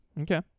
Okay